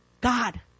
God